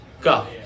Go